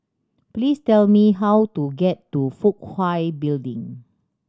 please tell me how to get to Fook Hai Building